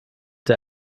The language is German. der